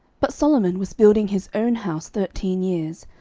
but solomon was building his own house thirteen years,